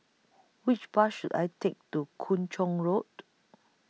Which Bus should I Take to Kung Chong Road